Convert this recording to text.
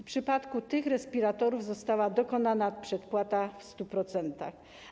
W przypadku tych respiratorów została dokonana przedpłata w 100%.